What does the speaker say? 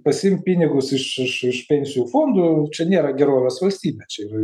pasiimk pinigus iš iš iš pensijų fondų čia nėra gerovės valstybė čia yra